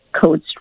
codes